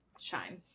shine